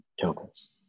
tokens